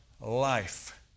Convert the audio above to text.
Life